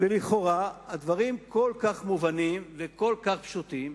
לכאורה הדברים כל כך מובנים ופשוטים,